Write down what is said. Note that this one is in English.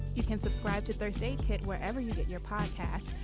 you can subscribe to thursday kid wherever you get your podcast.